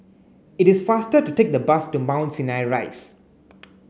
it is faster to take the bus to Mount Sinai Rise